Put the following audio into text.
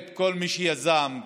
כל מי שיזם,